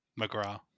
McGrath